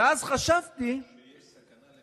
שיש סכנה לחייו.